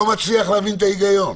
אני לא מצליח להבין את ההיגיון.